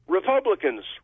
Republicans